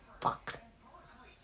fuck